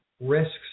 risks